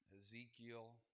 Ezekiel